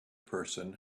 person